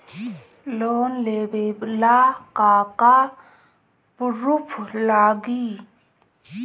Loan लेबे ला का का पुरुफ लागि?